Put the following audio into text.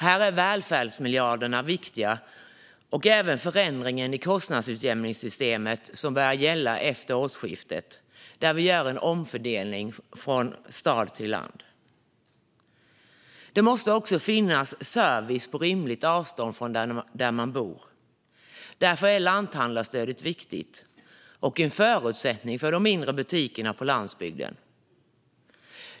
Här är välfärdsmiljarderna viktiga, och även den förändring i kostnadsutjämningssystemet som börja gälla efter årsskiftet och där vi gör en omfördelning från stad till land. Det måste också finnas service på rimligt avstånd från där man bor. Därför är lanthandlarstödet viktigt och en förutsättning för de mindre butikerna på landsbygden.